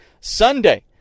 Sunday